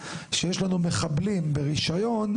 שיש לנו מחבלים ברישיון,